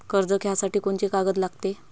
कर्ज घ्यासाठी कोनची कागद लागते?